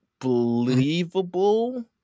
believable